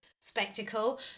spectacle